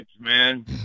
man